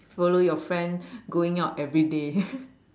follow your friend going out every day